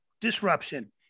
disruption